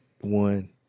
one